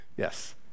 Yes